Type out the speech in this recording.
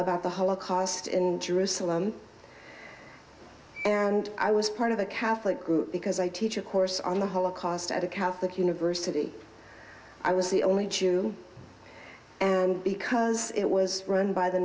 about the holocaust in jerusalem and i was part of a catholic group because i teach a course on the holocaust at a catholic university i was the only jew because it was run by the